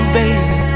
baby